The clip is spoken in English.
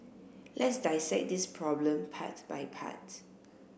let's dissect this problem part by part